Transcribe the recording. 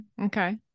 okay